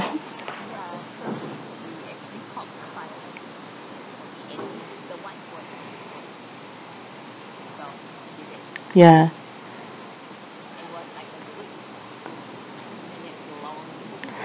ya